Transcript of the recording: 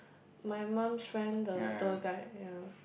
my mum's friend the tour guide ya